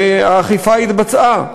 והאכיפה התבצעה,